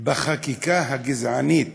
בחקיקה הגזענית,